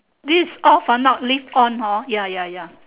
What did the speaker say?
this off ah not live on hor ya ya ya